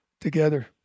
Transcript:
together